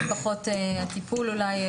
פחות הטיפול אולי,